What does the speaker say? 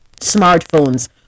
Smartphones